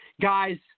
guys